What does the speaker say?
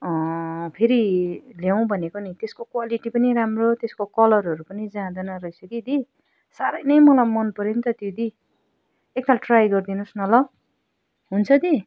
फेरि ल्याउँ भनेको नि त्यसको क्वालिटी पनि राम्रो त्यसको कलरहरू पनि जाँदैन रहेछ कि दी साह्रै नै मलाई मनपऱ्यो नि त त्यो दी एकताल ट्राइ गरिदिनु होस् न ल हुन्छ दी